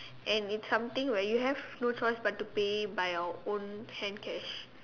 and it's something where you have no choice but to pay by our own hand cash